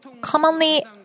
commonly